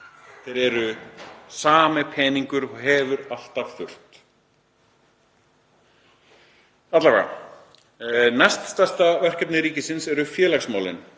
Þetta er sami peningur og hefur alltaf þurft. Næststærsta verkefni ríkisins eru félagsmálin.